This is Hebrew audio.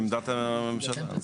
עמדת הממשלה?